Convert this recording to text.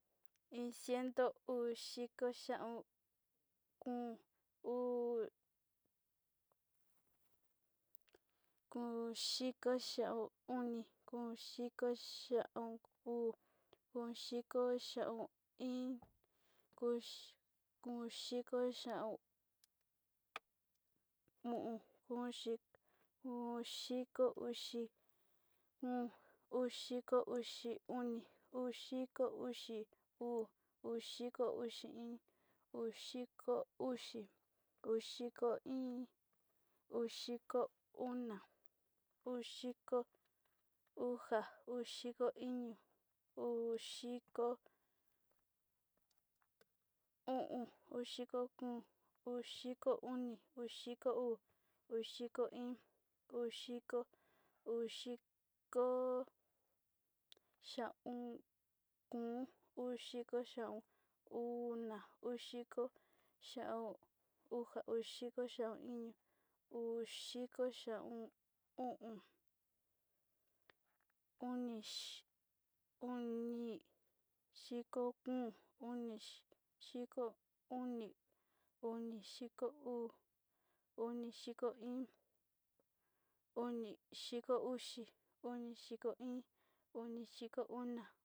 Iin ciento udiko xaón, o'on, uu, komidiko xaon oni, komidiko xaon uu ondiko xaon iin koxhi koxhiyo xaon o'on, ondiko uxi, ondiko uxi oni, ondiko uxi uu, udiko uxi iin, udiko uxi, udiko iin, udiko ona, udiko uxa, udiko iño, udiko o'on, udiko kóo, udiko oni udiko iin, udiko, udiko, xaon kóo, udiko xaon uuna, udiko xaon uxa, udiko xaón iño, udiko xaón uxa, udiko xaón iño, udiko xaon o'on oni, onidiko kóo, ondiko oni onidiko uu, onidiko iin, onidiko uxi, onidiko iin onidiko ona.